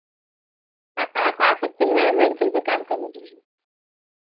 आप आ सकते हैं हमारे मेडिकल पे काम करने के लिए